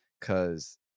cause